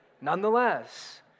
nonetheless